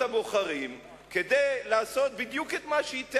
הבוחרים כדי לעשות בדיוק את מה שהיא תיארה,